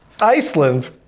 Iceland